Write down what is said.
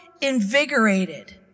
invigorated